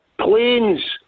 planes